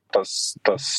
tas tas